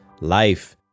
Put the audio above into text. life